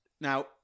Now